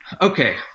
Okay